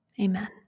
Amen